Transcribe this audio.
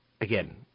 Again